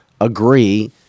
agree